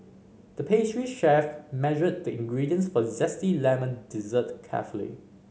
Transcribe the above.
the pastry chef measured the ingredients for a zesty lemon dessert carefully